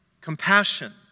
Compassion